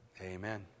Amen